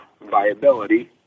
viability